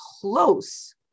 close